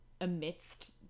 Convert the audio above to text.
amidst